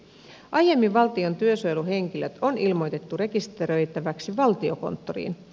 aiemmin valtion työsuojeluhenkilöt on ilmoitettu rekisteröitäväksi valtiokonttoriin